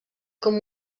com